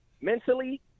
mentally